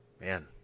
man